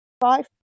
Five